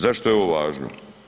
Zašto je ovo važno?